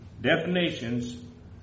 definitions